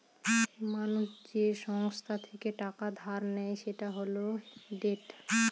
মানুষ যে সংস্থা থেকে টাকা ধার নেয় সেটা হল ডেট